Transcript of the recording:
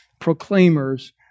proclaimers